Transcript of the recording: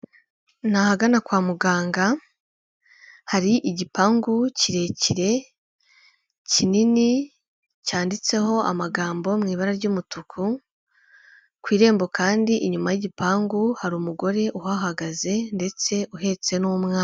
Ni ahagana kwa muganga hari igipangu kirekire kinini cyanditseho amagambo mu ibara ry'umutuku, ku irembo kandi inyuma y'igipangu hari umugore uhahagaze ndetse uhetse n'umwana.